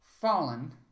Fallen